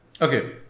Okay